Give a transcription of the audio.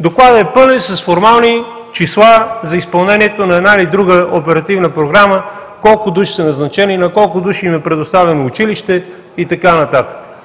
Докладът е пълен с формални числа за изпълнението на една или друга оперативна програма, колко души са назначени, на колко души им е предоставено училище и така нататък.